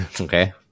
Okay